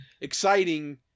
exciting